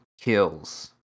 kills